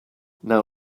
now